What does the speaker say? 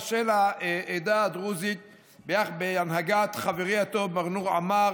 של העדה הדרוזית בהנהגת חברי הטוב מר נור עמאר.